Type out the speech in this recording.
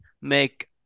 make